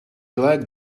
like